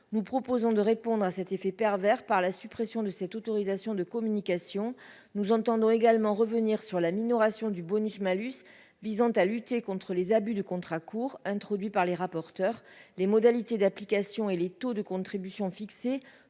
nous proposons de répondre à cet effet pervers par la suppression de cette autorisation de communication, nous entendons également revenir sur la minoration du bonus-malus visant à lutter contre les abus de contrats courts introduit par les rapporteurs, les modalités d'application et les taux de contribution fixée